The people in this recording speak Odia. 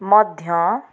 ମଧ୍ୟ